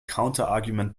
counterargument